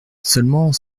seulement